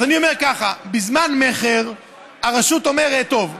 אז אני אומר ככה: בזמן מכר הרשות אומרת: טוב,